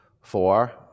four